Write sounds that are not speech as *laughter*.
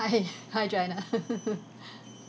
*laughs* hi hi joanna *laughs* *breath*